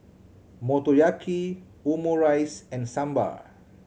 Motoyaki Omurice and Sambar